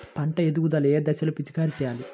పంట ఎదుగుదల ఏ దశలో పిచికారీ చేయాలి?